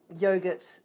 yogurt